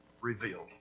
revealed